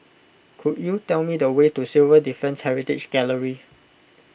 could you tell me the way to Civil Defence Heritage Gallery